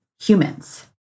humans